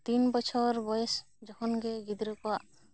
ᱛᱤᱱ ᱵᱚᱪᱷᱚᱨ ᱡᱚᱠᱷᱚᱱ ᱜᱮ ᱜᱤᱫᱽᱨᱟᱹ ᱠᱚᱣᱟᱜ